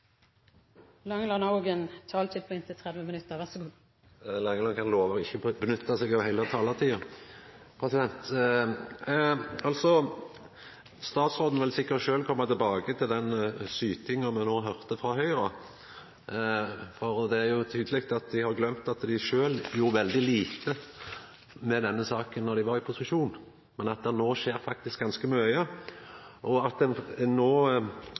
taletid på inntil 30 minutter. Langeland kan lova å ikkje nytta seg av heile taletida. Statsråden vil sikkert sjølv komma tilbake til den sytinga me no høyrde frå Høgre, for det er tydeleg at dei sjølve har gløymt at dei gjorde veldig lite med denne saka då dei var i posisjon. Men no skjer det faktisk ganske mykje, og ein